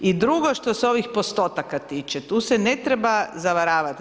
I drugo što se ovih postotaka tiče, tu se ne treba zavaravati.